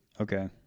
Okay